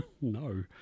No